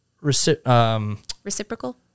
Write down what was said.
reciprocal